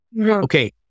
Okay